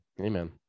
Amen